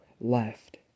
left